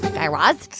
guy raz?